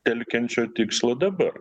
telkiančio tikslo dabar